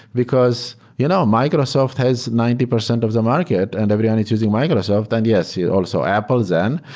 because you know microsoft has ninety percent of the market and everyone is choosing microsoft. then, yes. yeah also apple then.